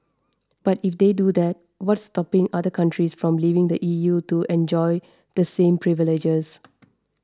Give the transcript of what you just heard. but if they do that what's stopping other countries from leaving the E U to enjoy the same privileges